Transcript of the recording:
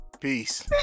Peace